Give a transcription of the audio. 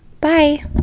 Bye